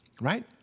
right